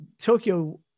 Tokyo